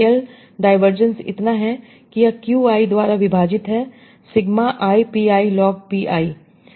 KL divergence इतना है कि यह q i द्वारा विभाजित है sigma i p i log p i